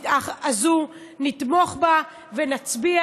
נתמוך בה ונצביע,